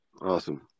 Awesome